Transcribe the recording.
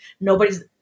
Nobody's